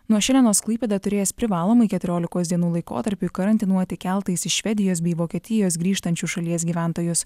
nuo šiandienos klaipėda turės privalomai keturiolikos dienų laikotarpiui karantinuoti keltais iš švedijos bei vokietijos grįžtančius šalies gyventojus